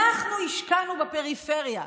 אנחנו השקענו בפריפריה.